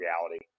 reality